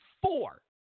four